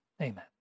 Amen